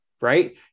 Right